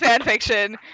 fanfiction